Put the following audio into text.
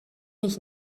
ich